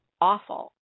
awful